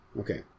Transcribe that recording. Okay